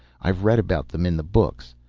i've read about them in the books.